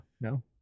No